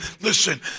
Listen